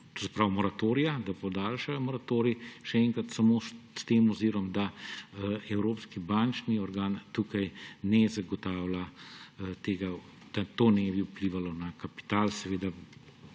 moratorija, da podaljšajo moratorij. Še enkrat, samo s tem ozirom, da evropski bančni organ tukaj ne zagotavlja, da to ne bi vplivalo na kapital, seveda